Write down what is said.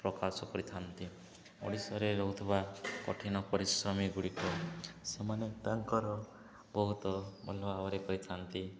ପ୍ରକାଶ କରିଥାନ୍ତି ଓଡ଼ିଶାରେ ରହୁଥିବା କଠିନ ପରିଶ୍ରମୀ ଗୁଡ଼ିକ ସେମାନେ ତାଙ୍କର ବହୁତ ଭଲ ଭାବରେ କରିଥାନ୍ତି